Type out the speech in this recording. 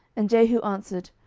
and jehu answered,